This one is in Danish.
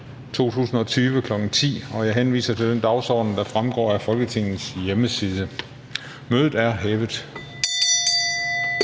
2020, kl. 10.00. Jeg henviser til den dagsorden, der fremgår af Folketingets hjemmeside. Mødet er hævet.